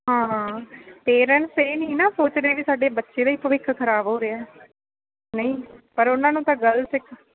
ਹਾਂ ਪੇਰੈਂਟਸ ਇਹ ਨਹੀਂ ਨਾ ਸੋਚਦੇ ਵੀ ਸਾਡੇ ਬੱਚੇ ਦਾ ਹੀ ਭਵਿੱਖ ਖ਼ਰਾਬ ਹੋ ਰਿਹਾ ਨਹੀਂ ਪਰ ਉਹਨਾਂ ਨੂੰ ਗਲਤ ਇੱਕ